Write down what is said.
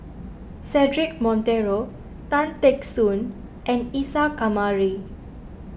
Cedric Monteiro Tan Teck Soon and Isa Kamari